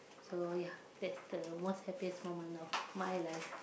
so ya that's the most happiest moment of my life